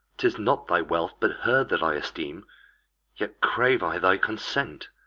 tis not thy wealth, but her that i esteem yet crave i thy consent.